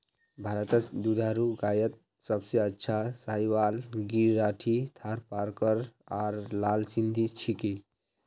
भारतत दुधारू गायत सबसे अच्छा साहीवाल गिर राठी थारपारकर आर लाल सिंधी छिके